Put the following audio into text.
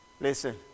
Listen